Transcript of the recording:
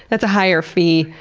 that's a higher fee,